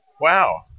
Wow